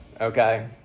Okay